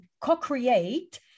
co-create